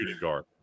guard